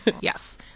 Yes